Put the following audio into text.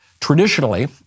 Traditionally